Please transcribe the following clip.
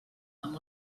amb